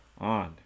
on